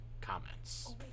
comments